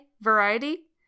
variety